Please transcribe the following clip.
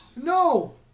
No